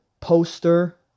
poster